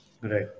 Right